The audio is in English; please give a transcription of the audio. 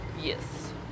Yes